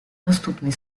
наступний